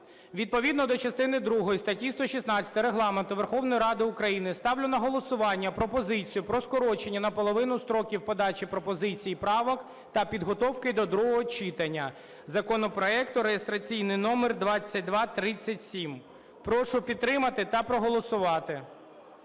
Відповідно до частини другої статті 116 Регламенту Верховної Ради України ставлю на голосування пропозицію про скорочення наполовину строків подачі пропозицій і правок та підготовки до другого читання законопроекту реєстраційний номер 2237. Прошу підтримати та проголосувати.